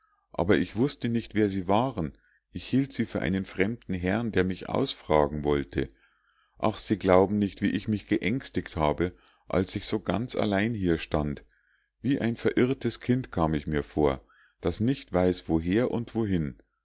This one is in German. aber ich wußte nicht wer sie waren ich hielt sie für einen fremden herrn der mich ausfragen wollte ach sie glauben nicht wie ich mich geängstigt habe als ich so ganz allein hier stand wie ein verirrtes kind kam ich mir vor das nicht weiß woher und wohin